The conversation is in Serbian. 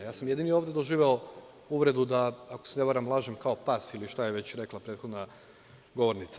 Ja sam jedini ovde doživeo uvredu da, ako se ne varam, lažem kao pas, ili šta je već rekla prethodna govornica.